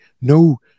no